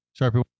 Sharpie